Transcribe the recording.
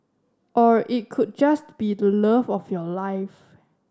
or it could just be the love of your life